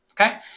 okay